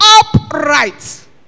upright